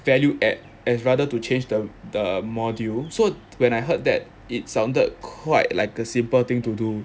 value add as rather to change the the module so when I heard that it sounded quite like a simple thing to do